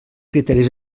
criteris